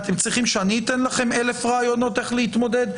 אתם צריכים שאני אתן לכם אלף רעיונות איך להתמודד?